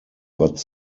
but